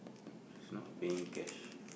he's not paying cash